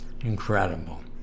Incredible